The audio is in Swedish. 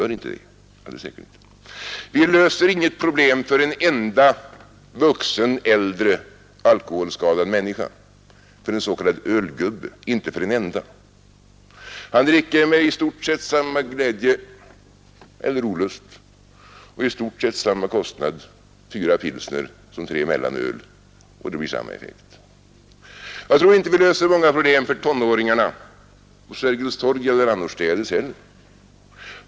Vi löser inget problem för en enda vuxen alkoholskadad människa, en s.k. ölgubbe. Han dricker med i stort sett samma glädje — eller olust — och i stort sett samma kostnad fyra pilsner som tre mellanöl, och det blir samma effekt. Jag tror inte att vi löser några problem för tonåringarna på Sergels torg eller annorstädes.